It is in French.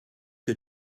que